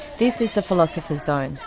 this is the philosopher's zone.